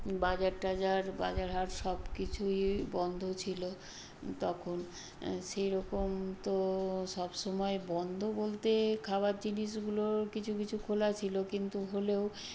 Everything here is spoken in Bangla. বাজার টাজার বাজার হাট সব কিছুই বন্ধ ছিলো তখন সেই রকম তো সব সময় বন্ধ বলতে খাবার জিনিসগুলোর কিছু কিছু খোলা ছিলো কিন্তু হলেও